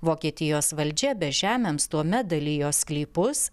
vokietijos valdžia bežemiams tuomet dalijo sklypus